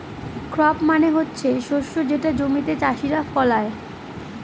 crop মানে হচ্ছে শস্য যেটা জমিতে চাষীরা ফলায়